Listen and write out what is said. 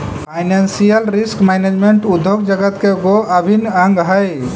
financial risk management उद्योग जगत के गो अभिन्न अंग हई